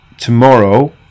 Tomorrow